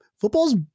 footballs